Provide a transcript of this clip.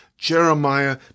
jeremiah